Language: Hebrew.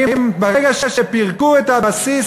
ברגע שפירקו את הבסיס,